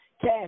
Cash